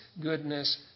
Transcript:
goodness